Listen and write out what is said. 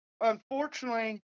unfortunately